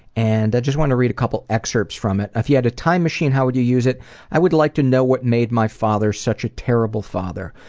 and i just wanted to read a couple excerpts from it. if you had a time machine, how would you use it i would like to know what made my father such a terrible father.